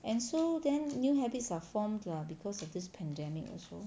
and so then new habits are formed lah because of this pandemic also